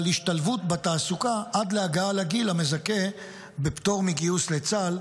השתלבות בתעסוקה עד להגעה לגיל המזכה בפטור מגיוס לצה"ל,